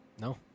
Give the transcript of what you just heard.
No